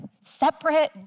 separate